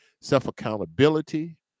self-accountability